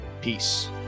Peace